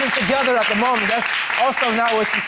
together at the moment, that's also not what